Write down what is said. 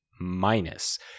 minus